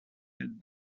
had